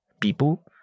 people